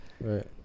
Right